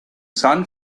sun